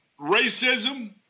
racism